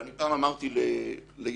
אני פעם אמרתי לידידי,